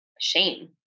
shame